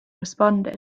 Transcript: responded